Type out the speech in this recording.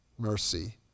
Mercy